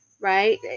right